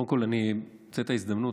קודם כול, אני מנצל את ההזדמנות.